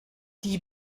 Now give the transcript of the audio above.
die